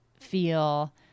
feel